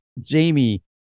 Jamie